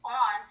on